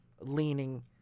leaning